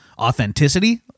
Authenticity